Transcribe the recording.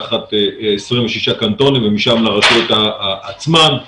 26 קנטונים ומשם לרשויות עצמן.